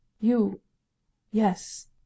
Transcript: You—yes